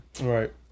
Right